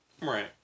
Right